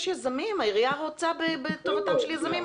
יש יזמים, העירייה רוצה בטובתם של יזמים.